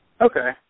Okay